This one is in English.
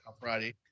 Friday